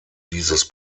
dieses